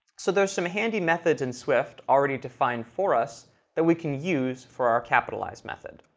so there's some handy methods in swift already defined for us that we can use for our capitalize method.